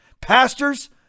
pastors